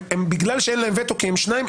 בגלל שאין להם וטו כי הם שניים,